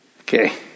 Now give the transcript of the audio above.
Okay